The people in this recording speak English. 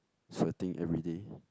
sweating everyday